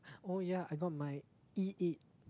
oh ya I got my E-eight